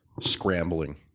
scrambling